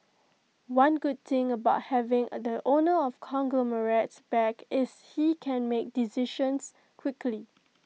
one good thing about having the owner of the conglomerate back is he can make decisions quickly